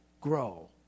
grow